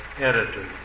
editor